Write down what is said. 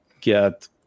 get